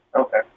Okay